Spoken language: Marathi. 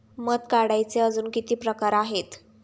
मध काढायचे अजून किती प्रकार आहेत?